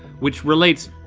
which relates